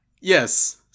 yes